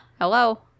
Hello